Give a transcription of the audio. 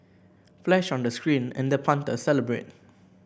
flash on the screen and the punter celebrated